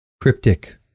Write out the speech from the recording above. cryptic